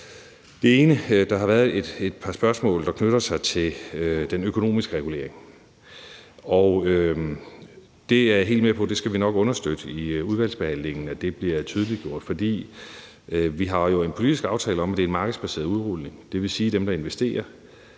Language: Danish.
stillet. Der har været et par spørgsmål, der knytter sig til den økonomiske regulering, og det jeg er helt med på; den skal vi i udvalgsbehandlingen nok understøtte bliver tydeliggjort. For vi har jo en politisk aftale om, at det er en markedsbaseret udrulning. Det vil sige, at dem, der investerer,